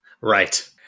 Right